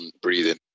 breathing